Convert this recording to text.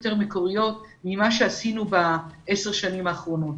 יותר מקוריות ממה שעשינו ב-10 השנים האחרונות.